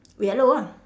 yellow ah